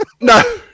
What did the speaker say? no